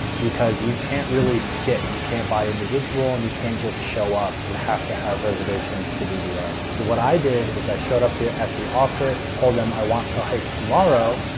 because you can't really skip. you can't buy individual and you can't just show up. you have to have reservations to do the o. so what i did is i showed up there at the office, told them i want to hike tomorrow.